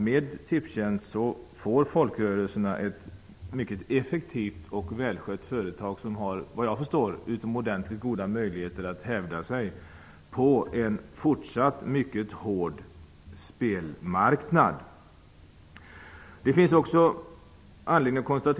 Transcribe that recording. Med Tipstjänst får folkrörelserna ett mycket effektivt och välskött företag som, såvitt jag förstår, har utomordentligt goda möjligheter att hävda sig på en fortsatt mycket hård spelmarknad.